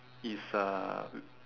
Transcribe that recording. is uh